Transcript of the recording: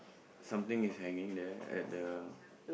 something is hanging there at the